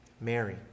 Mary